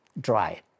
dry